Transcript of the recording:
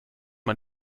man